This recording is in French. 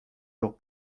jours